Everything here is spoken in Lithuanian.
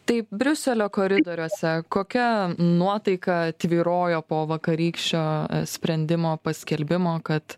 taip briuselio koridoriuose kokia nuotaika tvyrojo po vakarykščio sprendimo paskelbimo kad